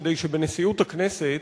כדי שבנשיאות הכנסת